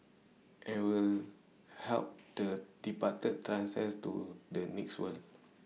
and we help the departed transcend to the next world